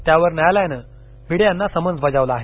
त्यावर न्यायालयानं भिडे यांना समन्स बजावलं आहे